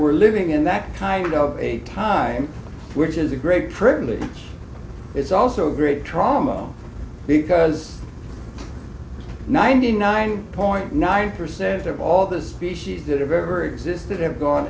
we're living in that kind of time which is a great privilege it's also a great trauma because ninety nine point nine percent of all the species that have ever existed have gone